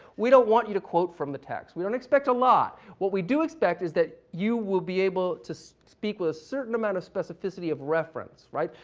we don't want you to quote from the text. we don't expect a lot. what we do expect is that you will be able to speak with a certain amount of specificity of reference, right?